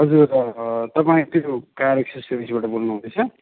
हजुर तपाईँ त्यो कार एससरिजबाट बोल्नु हुँदैछ